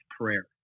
prayer